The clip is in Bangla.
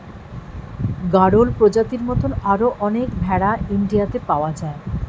গাড়ল প্রজাতির মত আরো অনেক ভেড়া ইন্ডিয়াতে পাওয়া যায়